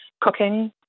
cooking